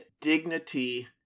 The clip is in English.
dignity